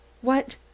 What